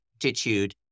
attitude